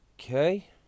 Okay